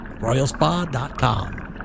royalspa.com